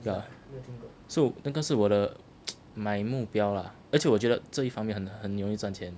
yeah so 那个是我的 my 目标啦而且我觉得这一方面很容易赚钱